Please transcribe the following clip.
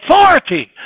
authority